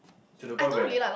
to the point where